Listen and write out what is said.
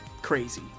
crazy